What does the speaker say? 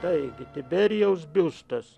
taigi tiberijaus biustas